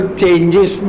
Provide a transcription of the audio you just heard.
changes